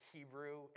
Hebrew